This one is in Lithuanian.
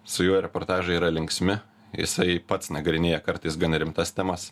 su juo reportažai yra linksmi jisai pats nagrinėja kartais gan rimtas temas